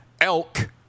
Elk